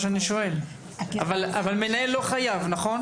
אבל מנהל לא חייב, נכון?